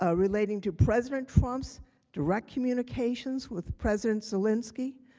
ah relating to president trump's direct communications with president zelensky,